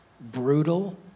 brutal